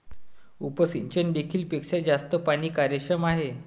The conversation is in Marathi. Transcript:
उपसिंचन देखील पेक्षा जास्त पाणी कार्यक्षम आहे